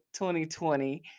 2020